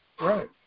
Right